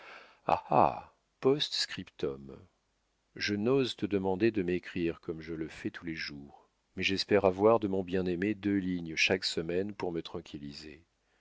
ah post-scriptum je n'ose te demander de m'écrire comme je le fais tous les jours mais j'espère avoir de mon bien-aimé deux lignes chaque semaine pour me tranquilliser